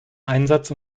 einsatz